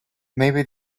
maybe